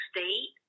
State